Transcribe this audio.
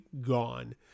gone